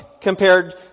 compared